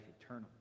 eternal